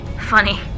Funny